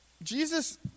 Jesus